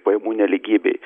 pajamų nelygybei